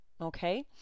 Okay